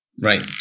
Right